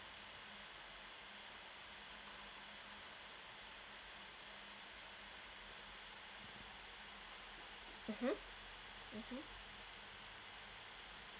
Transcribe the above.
mmhmm mmhmm